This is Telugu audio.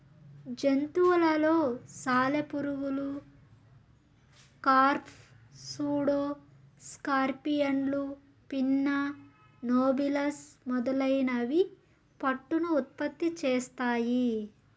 జంతువులలో సాలెపురుగులు, కార్ఫ్, సూడో స్కార్పియన్లు, పిన్నా నోబిలస్ మొదలైనవి పట్టును ఉత్పత్తి చేస్తాయి